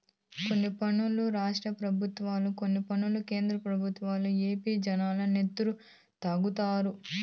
కొన్ని పన్నులు రాష్ట్ర పెబుత్వాలు, కొన్ని పన్నులు కేంద్ర పెబుత్వాలు ఏపీ జనాల నెత్తురు తాగుతండాయి